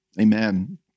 amen